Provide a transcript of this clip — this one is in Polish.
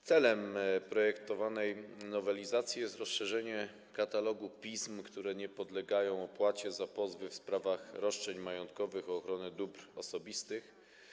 Celem projektowanej nowelizacji jest rozszerzenie katalogu pism, które nie podlegają opłacie, o pozwy w sprawach roszczeń majątkowych o ochronę dóbr osobistych.